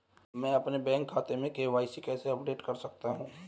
मैं अपने बैंक खाते में के.वाई.सी कैसे अपडेट कर सकता हूँ?